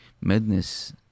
madness